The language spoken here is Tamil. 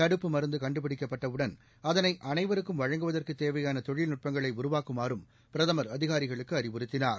தடுப்பு மருந்து கண்டுபிடிக்கப்பட்டவுடன் அதனை அனைருக்கும் வழங்குவதற்குத் தேவையான தொழில்நட்பங்களை உருவாக்குமாறும் பிரதமர் அதிகாரிகளுக்கு அறிவுறுத்தினார்